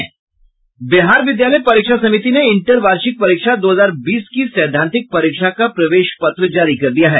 बिहार विद्यालय परीक्षा समिति ने इंटर वार्षिक परीक्षा दो हजार बीस की सैद्धांतिक परीक्षा का प्रवेश पत्र जारी कर दिया है